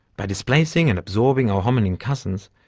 by displacing and absorbing our hominin cousins,